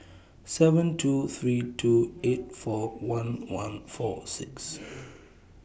seven two three two eight four one one four six